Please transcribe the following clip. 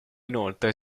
inoltre